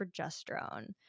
progesterone